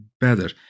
better